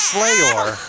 Slayor